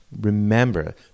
remember